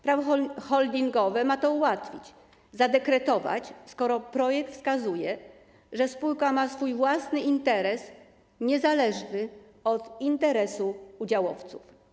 Prawo holdingowe ma to ułatwić, zadekretować, skoro projekt wskazuje, że spółka ma swój własny interes, niezależny od interesu udziałowców.